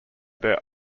their